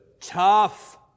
Tough